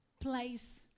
place